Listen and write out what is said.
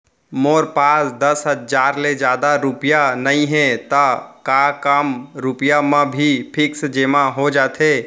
मोर पास दस हजार ले जादा रुपिया नइहे त का कम रुपिया म भी फिक्स जेमा हो जाथे?